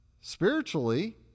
spiritually